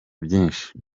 byinshi